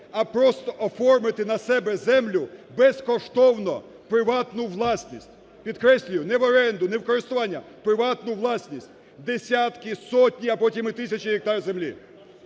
а просто оформити на себе землю безкоштовно в приватну власність, підкреслюю, не в оренду, не в користування – в приватну власність десятки, сотні, а потім і тисячі гектар землі.